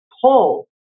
pull